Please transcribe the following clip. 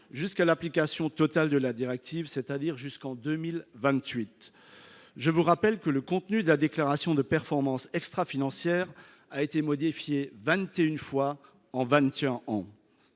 jusqu’à l’application totale de la directive, c’est à dire jusqu’en 2028. Je rappelle que le contenu de la déclaration de performance extra financière a été modifié vingt et une